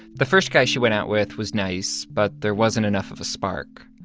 the first guy she went out with was nice, but there wasn't enough of a spark.